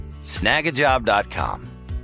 snagajob.com